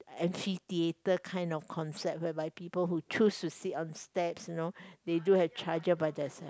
amphitheatre kind of concept whereby people who choose to sit on steps you know they do have charger by their side